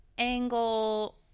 angle